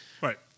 right